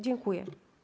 Dziękuję.